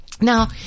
Now